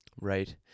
Right